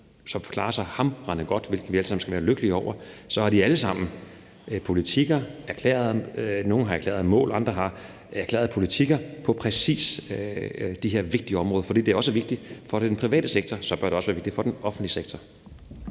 som klarer sig hamrende godt, hvilket vi alle sammen skal være lykkelige over, har de alle sammen politikker, og nogle har erklærede mål på præcis de her vigtige områder. For når det er vigtigt for den private sektor, bør det også være vigtigt for den offentlige sektor.